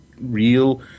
real